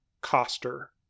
Coster